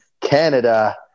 Canada